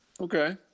Okay